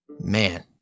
Man